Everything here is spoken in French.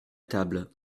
table